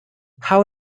how